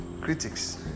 Critics